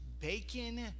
bacon